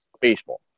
baseball